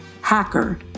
Hacker